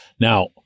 Now